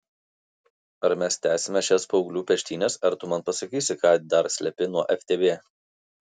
ar mes tęsime šias paauglių peštynes ar tu man pasakysi ką dar slepi nuo ftb